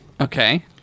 okay